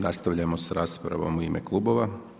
Nastavljamo s raspravom u ime klubova.